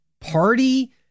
party